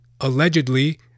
allegedly